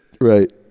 right